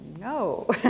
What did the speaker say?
no